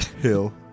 Hill